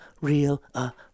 real